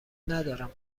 ندارم